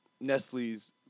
Nestle's